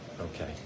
Okay